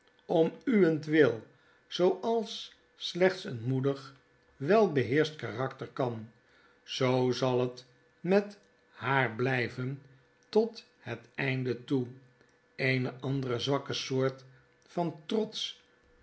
om uwentwil zooals slechts een moedig wel beheerscht karakter kan zoo zal het met haar blyven tot het einde toe eene andere zwakkere soort van trots